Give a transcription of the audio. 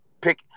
pick